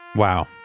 Wow